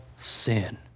sin